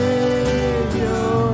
Savior